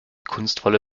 kunstvolle